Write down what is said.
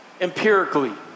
empirically